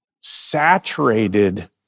saturated